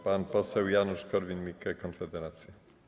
Pan poseł Janusz Korwin-Mikke, Konfederacja.